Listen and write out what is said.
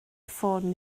ffôn